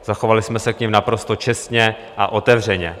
Zachovali jsme se k nim naprosto čestně a otevřeně.